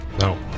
No